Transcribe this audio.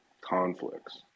conflicts